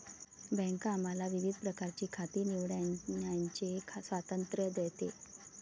bank आम्हाला विविध प्रकारची खाती निवडण्याचे स्वातंत्र्य देते